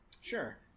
Sure